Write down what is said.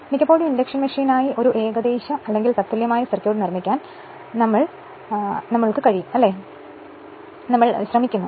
മിക്കപ്പോഴും ഇൻഡക്ഷൻ മെഷീനായി ഒരു ഏകദേശ അല്ലെങ്കിൽ തത്തുല്യമായ സർക്യൂട്ട് നിർമ്മിക്കാൻ നമ്മ ൾ ചിലവഴിക്കുന്നു ശരി അല്ലേ